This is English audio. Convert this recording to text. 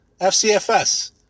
FCFS